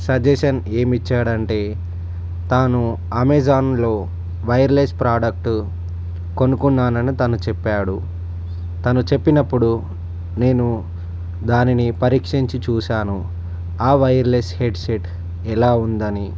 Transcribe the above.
suggestion ఏమిచ్చాడు అంటే తాను అమెజాన్లో వైర్లెస్ ప్రాడక్టు కొనుక్కున్నాను అని తను చెప్పాడు తను చెప్పినప్పుడు నేను దానిని పరీక్షించి చూసాను ఆ వైర్లెస్ హెడ్సెట్ ఎలా ఉందని